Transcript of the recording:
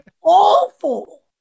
Awful